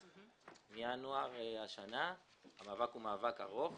זה מאבק ארוך.